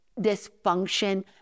dysfunction